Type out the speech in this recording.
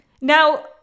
Now